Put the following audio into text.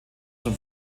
zum